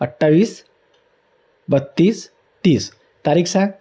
अठ्ठावीस बत्तीस तीस तारीख सांग